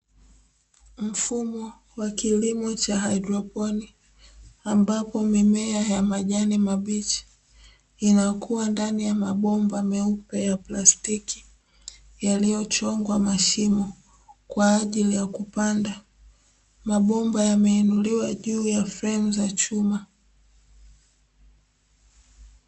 Mfumo wa kilimo cha haidroponi ambapo mimea ya majani mabichi yanakua ndani ya mabomba meupe ya plastiki, yaliyo chongwa mashimo kwa ajili ya kupanda mabomba yameinuliwa juu ya fremu za chuma.